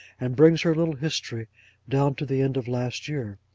and brings her little history down to the end of last year.